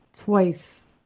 twice